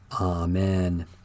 Amen